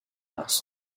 asked